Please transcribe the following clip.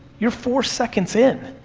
you're four seconds in.